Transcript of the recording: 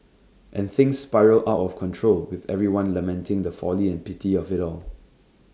and things spiral out of control with everyone lamenting the folly and pity of IT all